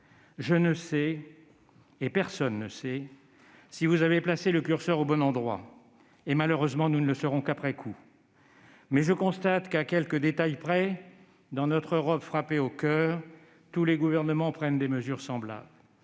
Je ne sais, et personne ne sait, si vous avez placé le curseur au bon endroit. Malheureusement, nous ne le saurons qu'après coup. Mais je constate que, à quelques détails près, dans notre Europe frappée au coeur, tous les gouvernements prennent des mesures semblables.